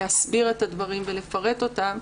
להסביר את הדברים ולפרט אותם.